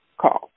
call